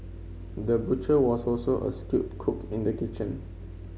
the butcher was also a skilled cook in the kitchen